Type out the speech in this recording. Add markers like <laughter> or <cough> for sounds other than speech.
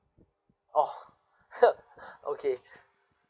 oh <laughs> okay <breath>